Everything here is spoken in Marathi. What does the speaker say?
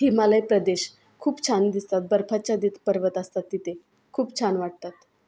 हिमालय प्रदेश खूप छान दिसतात बर्फाच्छादित पर्वत असतात तिथे खूप छान वाटतात